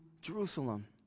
Jerusalem